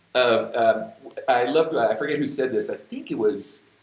um ah i love, like i forget who said this, i think it was,